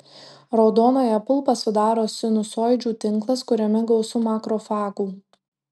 raudonąją pulpą sudaro sinusoidžių tinklas kuriame gausu makrofagų